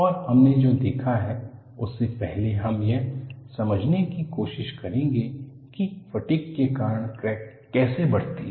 और हमने जो देखा है उससे पहले हम यह समझने की कोशिश करेंगे कि फटिग के कारण क्रैक कैसे बढ़ती है